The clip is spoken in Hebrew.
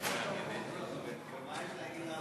מה יש לה להגיד על